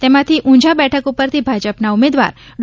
તેમાંથી ઉંઝા બેઠક પરથી ભાજપના ઉમેદવાર ડો